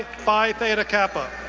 phi theta kappa.